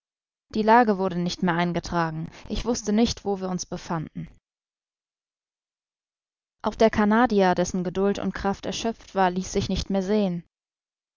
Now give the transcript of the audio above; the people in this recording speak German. die lage wurde nicht mehr eingetragen ich wußte nicht wo wir uns befanden auch der canadier dessen geduld und kraft erschöpft war ließ sich nicht mehr sehen